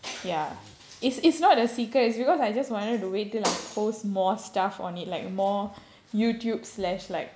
ya it's it's not a secret it's because I just wanted to wait till I post more stuff on it like more YouTube slash like